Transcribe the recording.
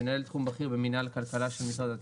מנהל תחום בכיר במנהל הכלכלה במשרד התקשורת.